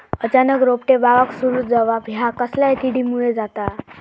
अचानक रोपटे बावाक सुरू जवाप हया कसल्या किडीमुळे जाता?